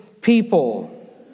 people